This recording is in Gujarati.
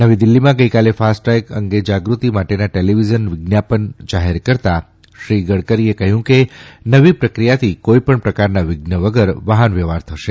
નવી દિલ્હીમાં ગઇકાલે ફાસ્ટટેગ અને જાગૃતિ માટેના ટેલીવિઝન વિજ્ઞાપન જાહેર કરતાં શ્રી ગડકરીએ કહ્યું કે નવી પ્રક્રિયાથી કોઇ પણ પ્રકારના વિધ્ન વગર વાહન વ્યવહાર થશે